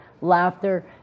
laughter